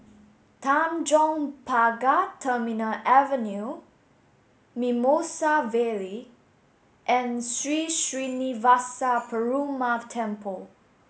Tanjong Pagar Terminal Avenue Mimosa Vale and Sri Srinivasa Perumal Temple